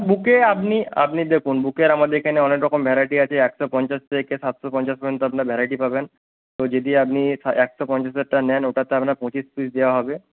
বুকে আপনি আপনি দেখুন বুকের আমাদের এখানে অনেক রকম ভ্যারাইটি আছে একশো পঞ্চাশ থেকে সাতশো পঞ্চাশ পর্যন্ত আপনার ভ্যারাইটি পাবেন তো যদি আপনি সা একশো পঞ্চাশেরটা নেন ওটাতে আপনার পঁচিশ পিস দেওয়া হবে